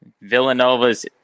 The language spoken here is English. Villanova's